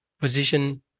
position